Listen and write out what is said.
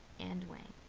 and wang.